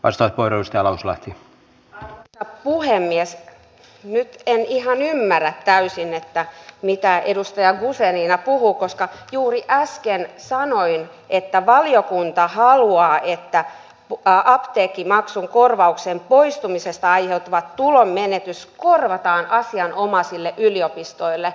osa koruista lauslahti rouvat puhemies nytkään ihan ymmärrä täysin että mitä edustaja luuserina puhuu koska juuri äsken sanoin että valiokunta haluaa että jukka apteekkimaksun korvauksen poistumisesta aiheutuva tulonmenetys korvataan asianomaisille yliopistoille